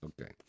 Okay